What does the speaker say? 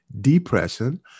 depression